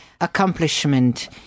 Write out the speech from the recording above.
accomplishment